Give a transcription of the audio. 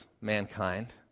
mankind